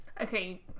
Okay